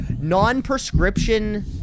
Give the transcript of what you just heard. non-prescription